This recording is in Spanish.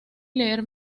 leer